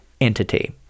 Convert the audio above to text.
entity